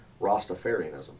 Rastafarianism